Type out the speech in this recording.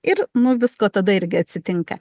ir nu visko tada irgi atsitinka